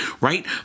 right